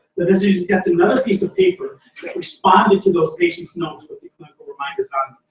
the decision gets another piece of paper that responded to those patients' notes with the clinical reminders on